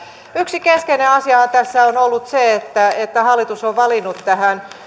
yksi keskeinen asiahan tässä on ollut se että että hallitus on valinnut tähän